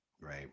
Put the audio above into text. right